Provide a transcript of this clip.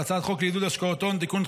על הצעת חוק לעידוד השקעות הון (תיקון,